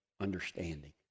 understanding